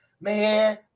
Man